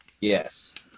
Yes